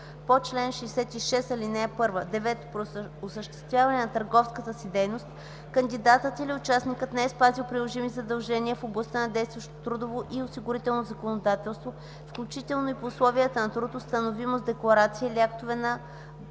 на чл. 66, ал. (1); 9. при осъществяване на търговската си дейност; кандидатът или участникът не е спазил приложими задължения в областта на действащото трудово и осигурително законодателство включително и по условията на труд, установимо с декларация или актове на органите